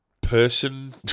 person